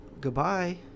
goodbye